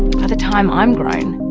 by the time i'm grown,